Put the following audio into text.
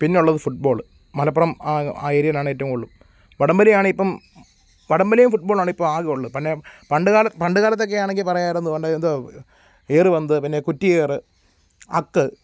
പിന്നെയുള്ളത് ഫുട്ബോള് മലപ്പുറം ആ ഏരിയയിലാണ് ഏറ്റവും കൂടുതലും വടംവലിയാണ് ഇപ്പം വടംവലിയും ഫുട്ബോളും ആണിപ്പോൾ ആകെയുള്ളത് പിന്നെ പണ്ടുകാലം പണ്ട് കാലത്തൊക്കെയാണെങ്കിൽ പറയാമായിരുന്നു പണ്ട് എന്തുവാണ് ഏറുപന്ത് പിന്നെ കുറ്റിയേറ് അക്ക്